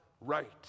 right